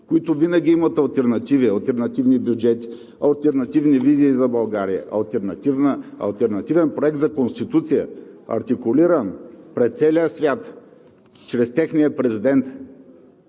и винаги имат алтернативи – алтернативни бюджети, алтернативни визии за България, алтернативен проект за Конституция, артикулиран пред целия свят чрез техния президент,